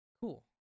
Cool